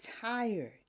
tired